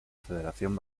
federación